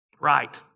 Right